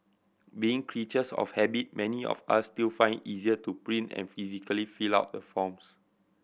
being creatures of habit many of us still find easier to print and physically fill out the forms